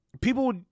people